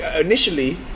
initially